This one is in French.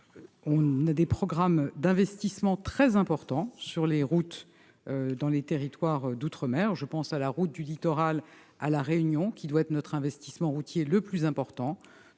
des programmes d'investissements routiers très importants pour les territoires d'outre-mer. Je pense à la route du littoral, à La Réunion, qui doit être notre investissement routier le plus important-